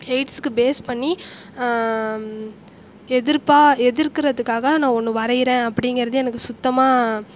எய்ட்ஸ்க்கு base பண்ணி எதிர்ப்பாக எதிர்க்கிறதுக்காக நான் ஒன்று வரையறேன் அப்படிங்கிறது எனக்கு சுத்தமாக